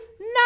No